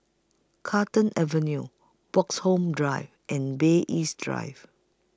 Carlton Avenue Bloxhome Drive and Bay East Drive